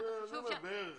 אני אומר בערך.